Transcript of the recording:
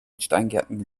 steingärten